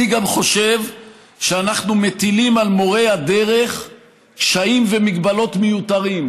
אני גם חושב שאנחנו מטילים על מורי הדרך קשיים והגבלות מיותרים,